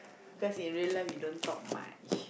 cause in real life you don't talk much